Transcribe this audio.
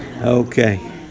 Okay